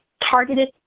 targeted